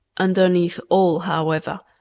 underneath all, however,